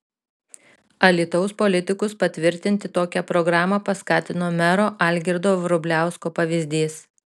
alytaus politikus patvirtinti tokią programą paskatino mero algirdo vrubliausko pavyzdys